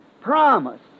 promise